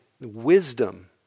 wisdom